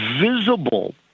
visible